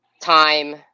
time